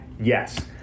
Yes